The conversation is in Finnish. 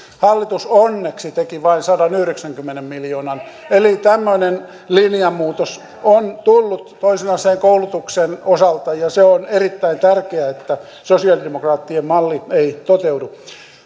hallitus onneksi teki vain sadanyhdeksänkymmenen miljoonan eli tämmöinen linjanmuutos on tullut toisen asteen koulutuksen osalta ja se on erittäin tärkeää että sosialidemokraattien malli ei toteudu